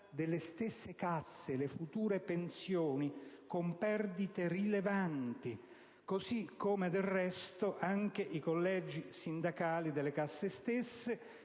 delle stesse casse e le future pensioni, con perdite rilevanti e che del resto anche i collegi sindacali delle casse stesse